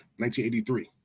1983